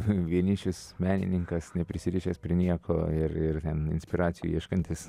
vienišius menininkas neprisirišęs prie nieko ir ir inspiracijų ieškantis